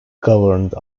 governed